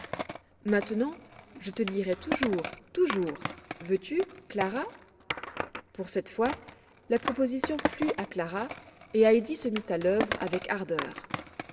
maintenant je te lirai toujours toujours veux-tu clara pour cette fois la proposition plut à clara et heidi se mit à l'œuvre avec ardeur